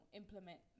implement